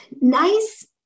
nice